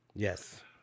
Yes